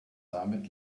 damit